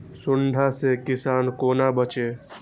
सुंडा से किसान कोना बचे?